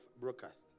broadcast